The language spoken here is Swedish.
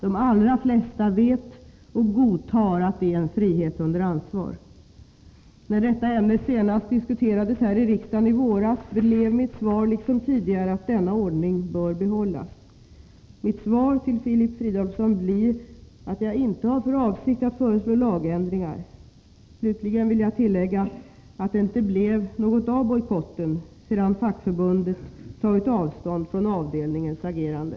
De allra flesta vet och godtar att det är en frihet under ansvar. När detta ämne senast diskuterades här i riksdagen i våras blev mitt svar liksom tidigare att denna ordning bör behållas. Mitt svar till Filip Fridolfsson blir att jag inte har för avsikt att föreslå lagändringar. Slutligen vill jag tillägga att det inte blev något av bojkotten sedan fackförbundet tagit avstånd från avdelningens agerande.